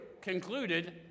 concluded